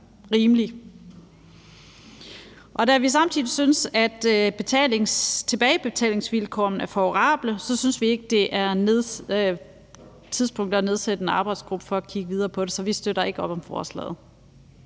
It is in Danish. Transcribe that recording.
Da vi samtidig synes, at tilbagebetalingsvilkårene er favorable, synes vi ikke, at det er tidspunktet at nedsætte en arbejdsgruppe for at kigge videre på det. Så vi støtter ikke op om forslaget.